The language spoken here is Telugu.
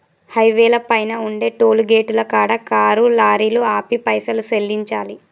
హైవేల పైన ఉండే టోలుగేటుల కాడ కారు లారీలు ఆపి పైసలు సెల్లించాలి